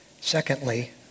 Secondly